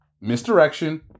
misdirection